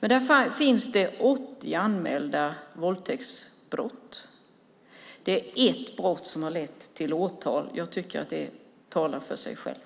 Då anmäldes 80 våldtäktsbrott, och det är ett brott som har lett till åtal. Jag tycker att det talar för sig själv.